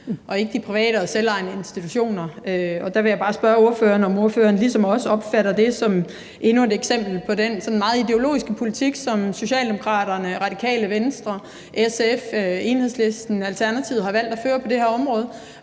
og ikke de private og selvejende institutioner. Der vil jeg bare spørge ordføreren, om ordføreren ligesom os opfatter det som endnu et eksempel på den sådan meget ideologiske politik, som Socialdemokraterne, Radikale Venstre, SF, Enhedslisten og Alternativet har valgt at føre på det her område,